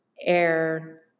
air